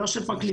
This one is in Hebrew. לא של פרקליטות,